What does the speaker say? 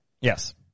Yes